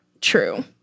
true